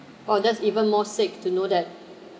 oh that's even more sick to know that